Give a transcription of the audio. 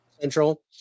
Central